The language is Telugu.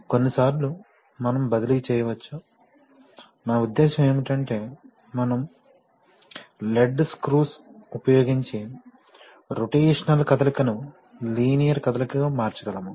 కొన్నిసార్లు మనం బదిలీ చేయవచ్చు నా ఉద్దేశ్యం ఏమిటంటే మనం లెడ్ స్క్రూస్ ఉపయోగించి రొటేషనల్ కదలికను లీనియర్ కదలిక గా మార్చగలము